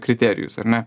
kriterijus ar ne